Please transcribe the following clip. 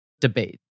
debate